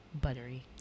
Buttery